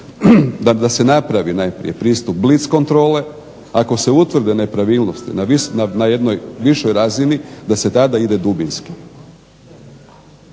da se napravi najprije pristup blic kontrole. Ako se utvrde nepravilnosti na jednoj višoj razini, da se da da ide dubinski.